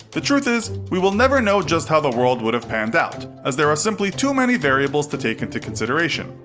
the truth is we will never know just how the world would have panned out, as there are simply too many variables to take into consideration.